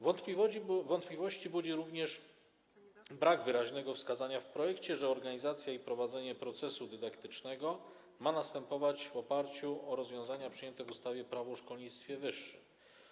Wątpliwości budzi również brak wyraźnego wskazania w projekcie, że organizacja i prowadzenie procesu dydaktycznego mają następować w oparciu o rozwiązania przyjęte w ustawie Prawo o szkolnictwie wyższym.